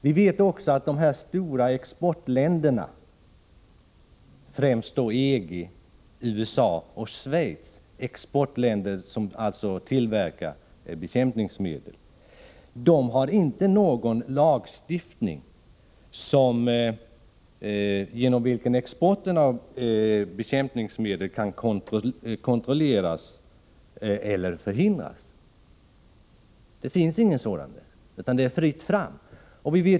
Vi vet också att de stora exportländerna, främst EG-länderna, USA och Schweiz, som tillverkar bekämpningsmedel, inte har någon lagstiftning genom vilken exporten av bekämpningsmedel kan kontrolleras eller förhindras. Det är fritt fram.